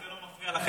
אדוני היו"ר,